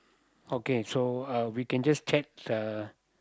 okay so uh we can just check uh